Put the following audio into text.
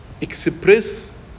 express